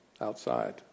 outside